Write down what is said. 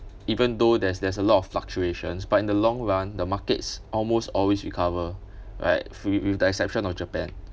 even though there's there's a lot of fluctuations but in the long run the markets almost always recover right f~ with the exception of japan